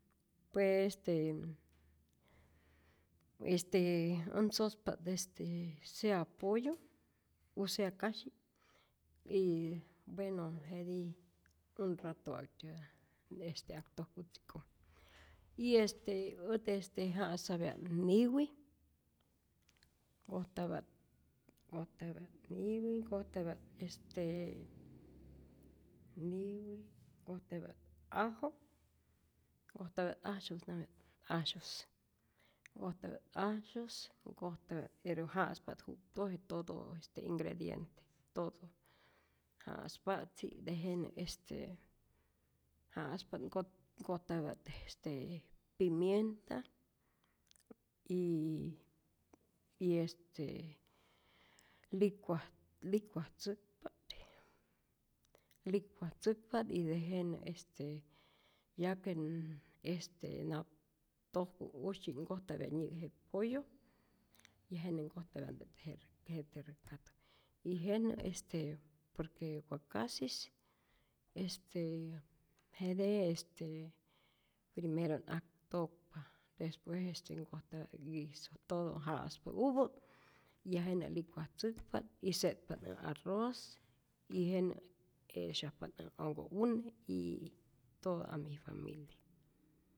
Pues este este ät sospa't este sea pollo, u sea kashi', y bueno jetij un rato wa'ktyä este ak tojku tzikoj, y este ät este ja'sapya't niwi, nkojtapat nkojtaptya't niwi, nkojtapya't este niwi, nkojtapya't ajo, nkojtapya't asyus, näjapyat axus, nkojtapya't asyus, nkojtapya't pero ja'spa't juktoji'k, todo este ingrediente todo ja'spa'tzi, tejenä, este ja'spa't nkoj nkojtapya't este pimienta, y y este licua licuatzäkpa't, licuatzäkpa't y tejena este ya que n este nap tojku usytyi't nkojtapya't nyä je pollo, ya jenä nkojtapya'ntät je jetä recado, y jenä este por que wakasis este jete este primero't ak tokpa, despues este nkojtapya't guiso todo ja'spä'upä ya jenä licuatzäkpa't y setpa't äj arroz, y jenä 'e'syajpat't äj onhko'une y todo a mi familia.